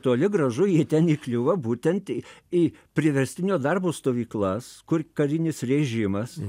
toli gražu jie ten įkliūva būtent į priverstinio darbo stovyklas kur karinis režimas